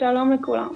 שלום לכולם,